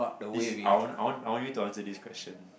this is I want I want I want you to answer this question